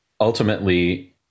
ultimately